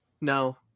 No